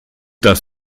das